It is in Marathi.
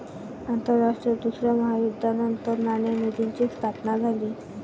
आंतरराष्ट्रीय दुसऱ्या महायुद्धानंतर नाणेनिधीची स्थापना झाली